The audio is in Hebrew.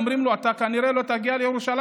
אומרים לו: אתה כנראה לא תגיע לירושלים,